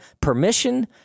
permission